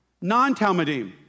Non-Talmudim